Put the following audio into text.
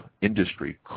industry